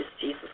Jesus